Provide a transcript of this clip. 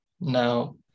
No